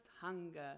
hunger